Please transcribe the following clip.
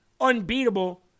unbeatable